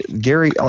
Gary